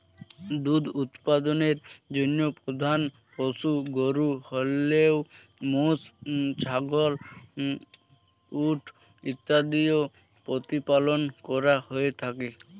দুধ উৎপাদনের জন্য প্রধান পশু গরু হলেও মোষ, ছাগল, উট ইত্যাদিও প্রতিপালন করা হয়ে থাকে